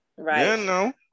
Right